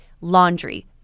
laundry